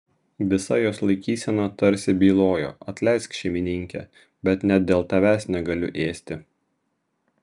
visa jos laikysena tarsi bylojo atleisk šeimininke bet net dėl tavęs negaliu ėsti